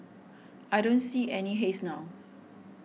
I don't see any haze now